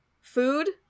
Food